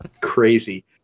Crazy